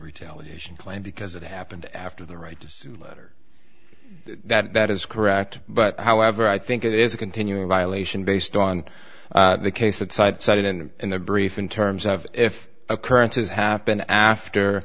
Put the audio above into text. edition claim because it happened after the right to sue letter that is correct but however i think it is a continuing violation based on the case that side cited in the brief in terms of if occurrences happen after